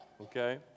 okay